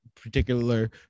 particular